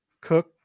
Cook